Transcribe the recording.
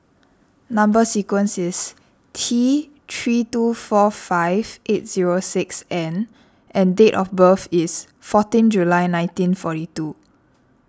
Number Sequence is T three two four five eight zero six N and date of birth is fourteen July nineteen forty two